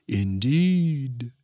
indeed